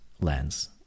lens